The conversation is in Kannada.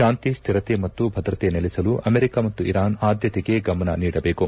ಶಾಂತಿ ಶ್ವಿರತೆ ಮತ್ತು ಭದ್ರತೆ ನೆಲೆಸಲು ಅಮೆರಿಕ ಮತ್ತು ಇರಾನ್ ಆದ್ದತೆಗೆ ಗಮನ ನೀಡಬೇಕು